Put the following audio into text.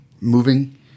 moving